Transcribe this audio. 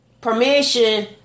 permission